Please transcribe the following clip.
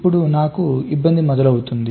ఇప్పుడు నా ఇబ్బంది మొదలవుతుంది